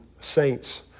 saints